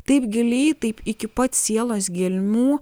taip giliai taip iki pat sielos gelmių